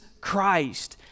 Christ